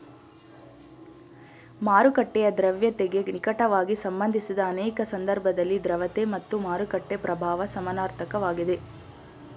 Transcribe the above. ಮಾರುಕಟ್ಟೆಯ ದ್ರವ್ಯತೆಗೆ ನಿಕಟವಾಗಿ ಸಂಬಂಧಿಸಿದ ಅನೇಕ ಸಂದರ್ಭದಲ್ಲಿ ದ್ರವತೆ ಮತ್ತು ಮಾರುಕಟ್ಟೆ ಪ್ರಭಾವ ಸಮನಾರ್ಥಕ ವಾಗಿದೆ